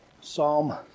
Psalm